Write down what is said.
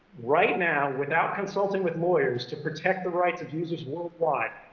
right now, without consulting with lawyers, to protect the rights of users worldwide,